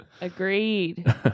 agreed